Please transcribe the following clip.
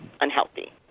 unhealthy